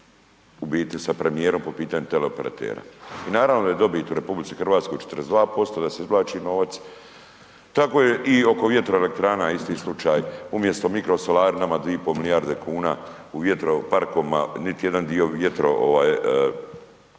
u biti s premijerom po teleoperatera i naravno da je dobit u RH 42%, da se izvlači novac tako je i oko vjetroelektrana isti slučaj, umjesto mikro solarinama 2,5 milijarde kuna u vjetro parkovima niti jedan dio vjetro ovaj